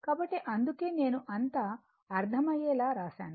కాబట్టి అందుకే నేను అంతా అర్థమయ్యేలా వ్రాశాను